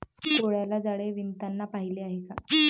कोळ्याला जाळे विणताना पाहिले आहे का?